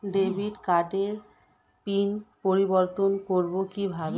Debit কার্ডের pin পরিবর্তন করবো কীভাবে?